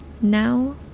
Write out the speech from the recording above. now